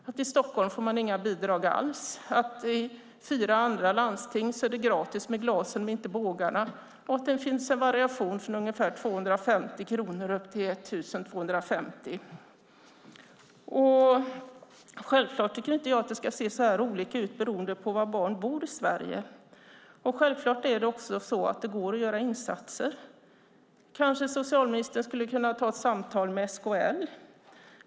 I Stockholm får man inga bidrag alls. I fyra andra landsting är glasen gratis men inte bågarna. Kostnaden varierar från ungefär 250 kronor upp till 1 250 kronor. Självklart ska det inte se så olika ut beroende på var barn bor i Sverige. Självklart går det också att göra insatser. Kanske socialministern skulle kunna ta ett samtal med SKL.